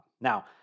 Now